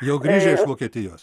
jau grįžę iš vokietijos